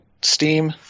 Steam